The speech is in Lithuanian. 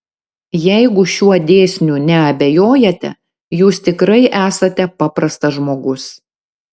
jeigu šiuo dėsniu neabejojate jūs tikrai esate paprastas žmogus